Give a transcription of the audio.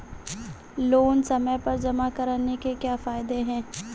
Loan समय पर जमा कराने के क्या फायदे हैं?